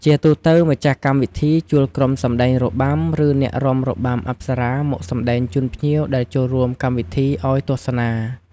ជាទូទៅ ម្ចាស់កម្មវិធីជួលក្រុមសម្ដែងរបាំ ឬ អ្នករាំរបាំអប្សរាមកសម្ដែងជូនភ្ញៀវដែលចូលរួមកម្មវិធីឱ្យទស្សនា។